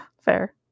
Fair